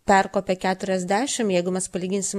perkopė keturiasdešim jeigu mes palyginsim